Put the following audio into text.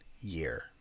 year